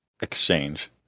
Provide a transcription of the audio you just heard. exchange